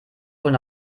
wohl